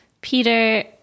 Peter